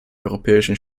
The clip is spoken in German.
europäischen